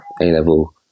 A-level